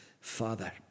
father